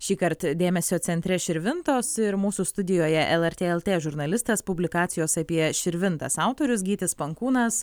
šįkart dėmesio centre širvintos ir mūsų studijoje lrt lt žurnalistas publikacijos apie širvintas autorius gytis pankūnas